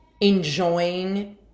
enjoying